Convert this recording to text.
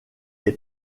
est